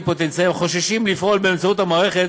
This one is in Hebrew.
פוטנציאליים החוששים לפעול באמצעות המערכת